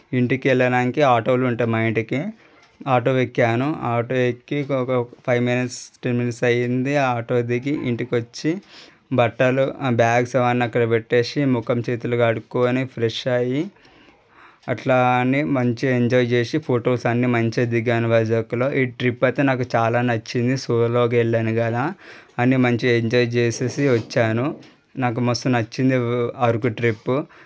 ఇంటికి వెళ్ళడానికి ఆటోలు ఉంటాయి మా ఇంటికి ఆటో ఎక్కాను ఆటో ఎక్కి ఒక ఫైవ్ మినిట్స్ టెన్ మినిట్స్ అయింది ఆటో దిగి ఇంటికి వచ్చి బట్టలు ఆ బ్యాగ్స్ అవన్నీ అక్కద పెట్టి ముఖం చేతులు కడుక్కొని ఫ్రెష్ అయ్యి అట్లా అని మంచి ఎంజాయ్ చేసి ఫొటోస్ అన్నీమంచిగా దిగాను వైజాగ్లో ఈ ట్రిప్ అయితే నాకు చాలా నచ్చింది సోలోగా వెళ్ళాను కదా కానీ మంచిగా ఎంజాయ్ చేసి వచ్చాను నాకు మస్తు నచ్చింది అరుకు ట్రిప్పు